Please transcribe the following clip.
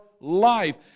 life